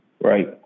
Right